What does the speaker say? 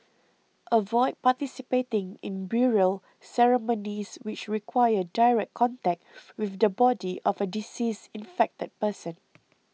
avoid participating in burial ceremonies which require direct contact with the body of a deceased infected person